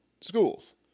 schools